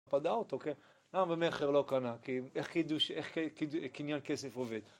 פדה אותו, כן. אבל מכר לא קנה, כי איך קידוש... איך קניין כסף עובד?